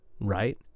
Right